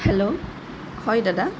hello হয় দাদা